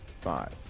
five